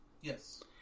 Yes